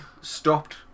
stopped